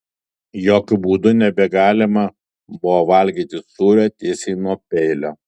jokiu būdu nebegalima buvo valgyti sūrio tiesiai nuo peilio